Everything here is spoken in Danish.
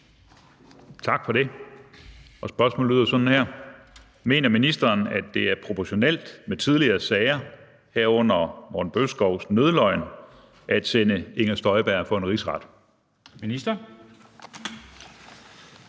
Tak for det. Spørgsmålet lyder sådan her: Mener ministeren, at det er proportionelt med tidligere sager, herunder Morten Bødskovs »nødløgn«, at sende Inger Støjberg for en rigsret? Kl.